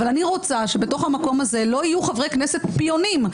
אבל אני רוצה שבמקום הזה לא יהיו חברי כנסת פיונים,